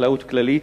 חקלאות כללית,